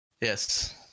Yes